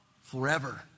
forever